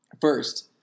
First